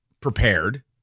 prepared